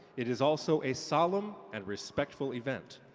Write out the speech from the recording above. it is also a solemn and respectful event.